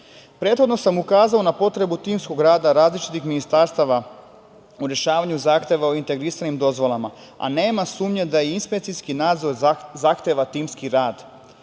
sam ukazao na potrebu timskog rada različitih ministarstava u rešavanju zahteva u integrisanim dozvolama, a nema sumnje da inspekciji nadzor zahteva timski rad.U